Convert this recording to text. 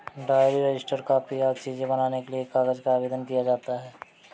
diary, register, copy आदि चीजें बनाने के लिए कागज का आवेदन किया जाता है